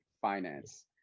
finance